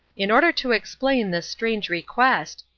in order to explain this strange request,